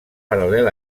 paral·lel